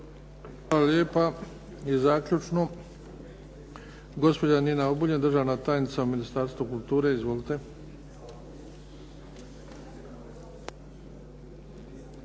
Hvala lijepa. I zaključno, gospođa Nina Obuljen, državna tajnica u Ministarstvu kulture. Izvolite.